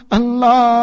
Allah